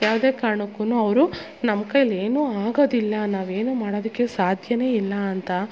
ಯಾವುದೇ ಕಾರ್ಣುಕ್ಕು ಅವರು ನಮ್ಮ ಕೈಲಿ ಏನೂ ಆಗೋದಿಲ್ಲ ನಾವೇನು ಮಾಡೋದಿಕ್ಕೆ ಸಾಧ್ಯವೇ ಇಲ್ಲ ಅಂತ